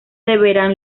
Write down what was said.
deberán